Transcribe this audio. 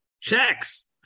Checks